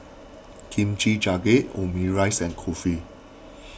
Kimchi Jjigae Omurice and Kulfi